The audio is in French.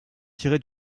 tiré